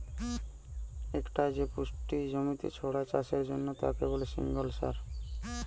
একটাই যে পুষ্টি জমিতে ছড়ায় চাষের জন্যে তাকে বলে সিঙ্গল সার